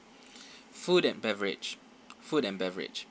food and beverage food and beverage